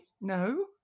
No